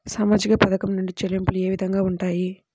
సామాజిక పథకం నుండి చెల్లింపులు ఏ విధంగా ఉంటాయి?